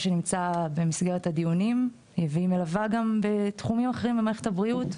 שנמצא במסגרת הדיונים והיא מלווה גם בתחומים אחרים במערכת הבריאות,